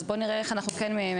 אז בוא נראה איך אנחנו כן מייצרים.